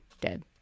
dead